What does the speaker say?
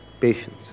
Patience